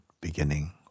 beginning